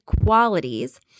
qualities